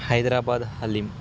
Hyderabad haleem